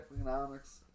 economics